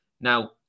Now